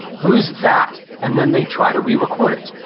who's that? and then they try to re-record it,